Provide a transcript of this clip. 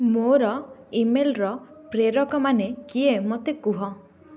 ମୋର ଇମେଲ୍ର ପ୍ରେରକମାନେ କିଏ ମୋତେ କୁହ